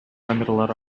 камералар